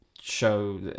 show